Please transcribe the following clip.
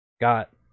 got